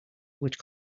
which